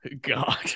God